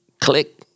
click